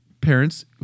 parents